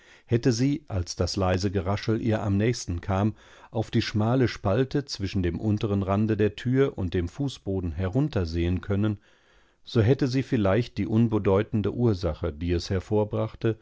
hätte sie als das leise geraschel ihr am nächsten kam auf die schmalespaltezwischendemunternrandedertürunddemfußbodenheruntersehen können so hätte sie vielleicht die unbedeutende ursache die es hervorbrachte